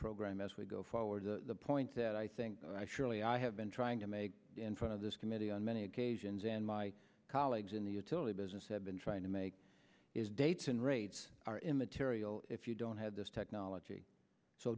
program as we go forward the point that i think surely i have been trying to make in front of this committee on many occasions and my colleagues in the utility business have been trying to make is dates and grades are immaterial if you don't have this technology so